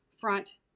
front